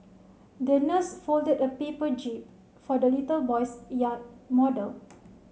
the nurse folded a paper jib for the little boy's yacht model